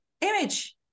image